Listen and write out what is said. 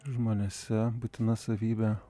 žmonėse būtina savybė